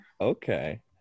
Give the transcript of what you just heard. Okay